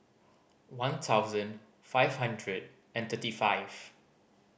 one thousand five hundred and thirty five